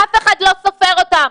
אף אחד לא סופר אותם.